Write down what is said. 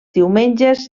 diumenges